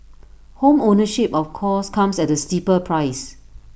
home ownership of course comes at A steeper price